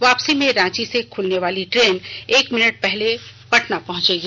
वापसी में रांची से खुलने वाली ट्रेन एक मिनट पहले पटना पहुंचेगी